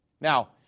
Now